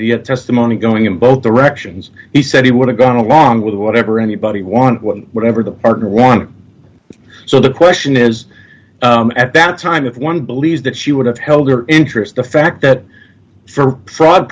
kadidia testimony going in both directions he said he would have gone along with whatever anybody want one whatever the partner wanted so the question is at that time if one believes that she would have held her interest the fact that for fraud